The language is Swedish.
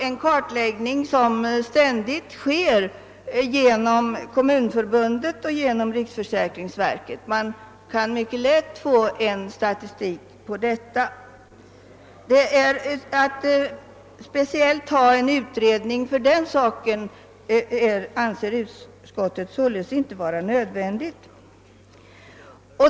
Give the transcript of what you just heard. En kartläggning görs också ständigt av Kommunförbundet och riksförsäkringsverket. Det är mycket lätt att få fram statistik på detta område. Att företa en speciell utredning om den saken anser utskottet således inte vara nödvändigt.